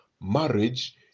marriage